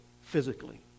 physically